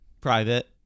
Private